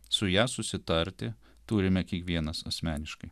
su ja susitarti turime kiekvienas asmeniškai